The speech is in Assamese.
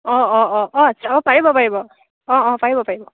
অঁ অঁ অঁ আচ্চা অঁ পাৰিব পাৰিব অঁ অঁ পাৰিব পাৰিব